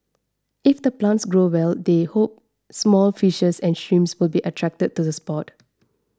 if the plants grow well they hope small fishes and shrimps will be attracted to the spot